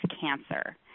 cancer